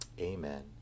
amen